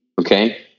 Okay